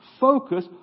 Focus